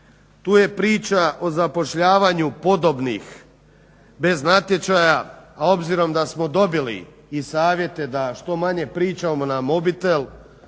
tu je priča o zapošljavanju podobnih bez natječaja, a obzirom da smo dobili i savjete da što manje pričamo na mobitel